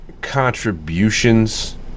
contributions